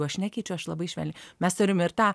jeigu aš nekeičiu aš labai švelniai mes turim ir tą